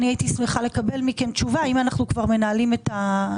שנעשה ככל שאנחנו יכולים להרחיב את השקיפות ללקוחות